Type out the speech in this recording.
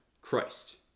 Christ